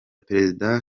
perezida